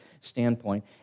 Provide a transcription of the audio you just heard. standpoint